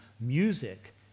music